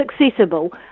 accessible